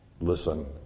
Listen